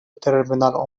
terminal